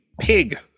Pig